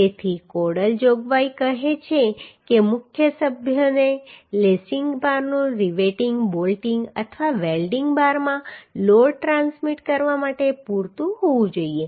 તેથી કોડલ જોગવાઈ કહે છે કે મુખ્ય સભ્યને લેસિંગ બારનું રિવેટિંગ બોલ્ટિંગ અથવા વેલ્ડિંગ બારમાં લોડ ટ્રાન્સમિટ કરવા માટે પૂરતું હોવું જોઈએ